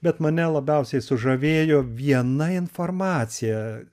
bet mane labiausiai sužavėjo viena informacija